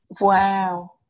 Wow